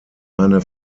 eine